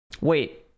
Wait